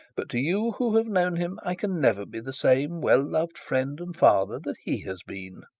but to you who have known him, i can never be the same well-loved friend and father that he has been